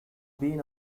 been